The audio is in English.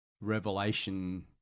Revelation